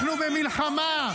אנחנו במלחמה.